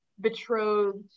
betrothed